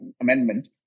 amendment